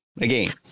again